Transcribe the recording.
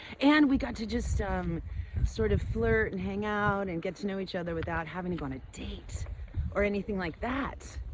and we got to just um sort of flirt and hang out and get to know each other, without having to go on a date or anything like that.